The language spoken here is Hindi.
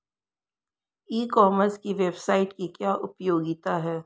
ई कॉमर्स की वेबसाइट की क्या उपयोगिता है?